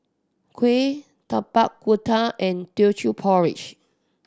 kuih Tapak Kuda and Teochew Porridge